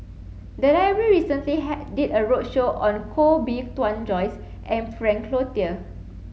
the library recently did a roadshow on Koh Bee Tuan Joyce and Frank Cloutier